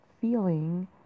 feeling